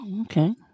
Okay